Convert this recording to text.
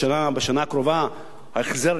בשנה הקרובה ההחזר,